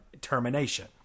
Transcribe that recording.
termination